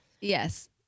Yes